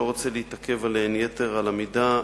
אני לא רוצה להתעכב עליהן יתר על המידה,